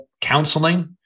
counseling